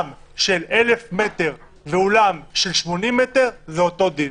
של אלף מטר ואולם של 80 מטר זה אותו דין.